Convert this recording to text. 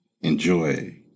Enjoy